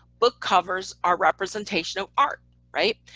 book covers are representation of art, right,